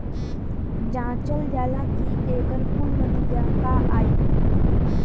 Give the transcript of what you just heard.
जांचल जाला कि एकर कुल नतीजा का आई